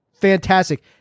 fantastic